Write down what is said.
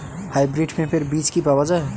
Hybrid পেঁপের বীজ কি পাওয়া যায়?